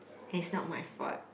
is not my fault